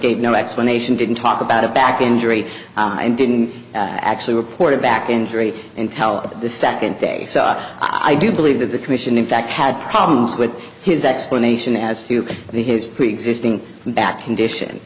gave no explanation didn't talk about a back injury and didn't actually reported back injury and tell about the second day i do believe that the commission in fact had problems with his explanation as to his preexisting back condition